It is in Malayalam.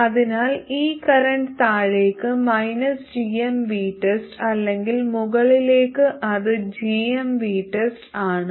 അതിനാൽ ഈ കറന്റ് താഴേക്ക് gmVTEST അല്ലെങ്കിൽ മുകളിലേക്ക് അത് gmVTEST ആണ്